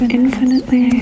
infinitely